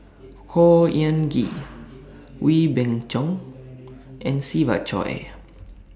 Khor Ean Ghee Wee Beng Chong and Siva Choy